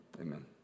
Amen